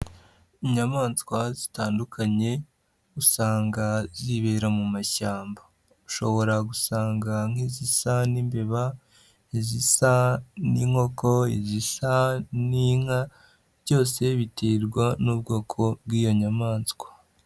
Inyamaswa zitandukanye usanga zibera mu mashyamba, ushobora gusanga nk'izisa n'imbeba, izisa n'inkoko, izisa n'inka, byose biterwa n'ubwoko bw'iyo nyamaswa.